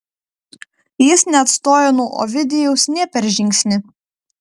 jis neatstojo nuo ovidijaus nė per žingsnį